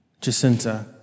Jacinta